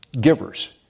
givers